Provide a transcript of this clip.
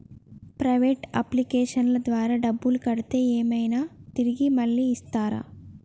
Private అప్లికేషన్ల ద్వారా డబ్బులు కడితే ఏమైనా తిరిగి మళ్ళీ ఇస్తరా?